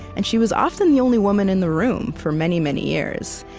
and she was often the only woman in the room for many, many years.